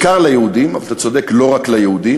בעיקר ליהודים, אבל אתה צודק, לא רק ליהודים,